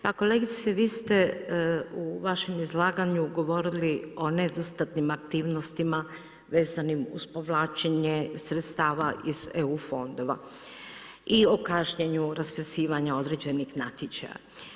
Pa kolegice, vi ste u vašem izlaganju govorili o nedostatnim aktivnostima vezanim uz povlačenje sredstava iz EU fondova i o kašnjenju raspisivanja određenih natječaja.